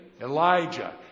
Elijah